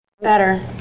better